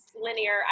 linear